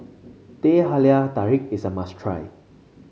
Teh Halia Tarik is a must try